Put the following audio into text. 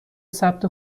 ثبت